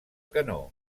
canó